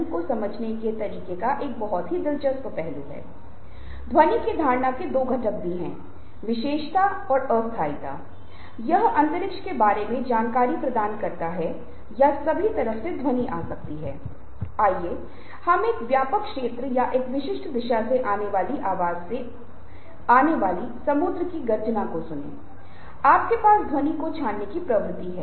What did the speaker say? अब यहाँ मैं आपके साथ कुछ बहुत ही दिलचस्प बातें साझा करना चाहता हूँहम मल्टी टास्किंग की दुनिया में रहते हैं जहाँ हम अक्सर दो काम करना पसंद करते हैं तीन चीजें एक साथ भी करते हैं कार चलाना और मोबाइल फोन पर बात करना किसी से बात करना और कंप्यूटर की चीजों को उसी तरह देखना या मोबाइल पर देखना और किसी के साथ बात करना ये ऐसी चीजें हैं जो नियमित रूप से की जाती हैं